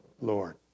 Lord